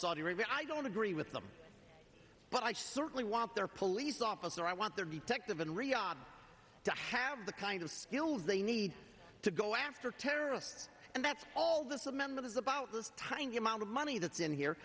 saudi arabia i don't agree with them but i certainly want their police officer i want their detective in riyadh to have the kind of skills they need to go after terrorists and that's all this amendment is about this tiny amount of money that's in here